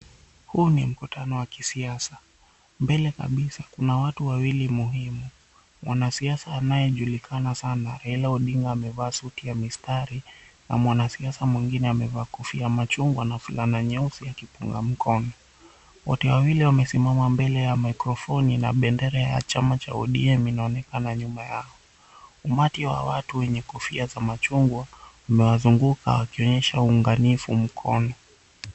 Huu ni mkutano wa kisiasa. Mbele kabisa kuna watu wawili muhimu mwanasiasa anayejulikana saana Raila Odinga amevaa suti ya mistari na mwanasiasa mwingine amevaa kofia ya machungwa na fulana nyeusi akipunga mkono. Wote wawili wamesimama mbele ya mikrofoni na bendera ya chama cha odm inaonekana nyuma yao. Umati wa watu wenye kofia za machunggwa unazunguka wakionyesha unganifu mkono.